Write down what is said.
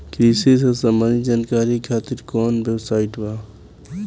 कृषि से संबंधित जानकारी खातिर कवन वेबसाइट बा?